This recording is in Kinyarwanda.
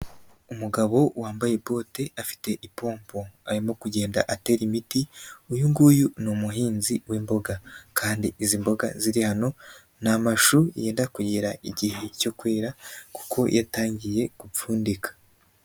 Umugabo wambaye bote, afite ipompo, arimo kugenda atera imiti, uyunguyu n'umuhinzi wimboga kandi izi mboga ziri hano n'amashu yenda kugira igihe cyo kwera kuko yatangiye gupfundika.